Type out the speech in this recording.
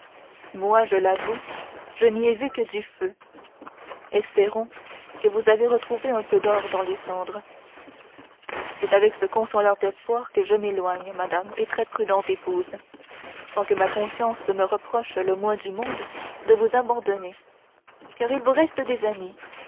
moi je l'avoue je n'y ai vu que du feu espérons que vous avez retrouvé un peu d'or dans les cendres c'est avec ce consolant espoir que je m'éloigne madame et très prudente épouse sans que ma conscience me reproche le moins du monde de vous abandonner il vous reste des amis